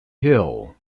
hill